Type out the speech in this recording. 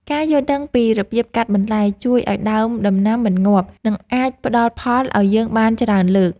ការយល់ដឹងពីរបៀបកាត់បន្លែជួយឱ្យដើមដំណាំមិនងាប់ និងអាចផ្តល់ផលឱ្យយើងបានច្រើនលើក។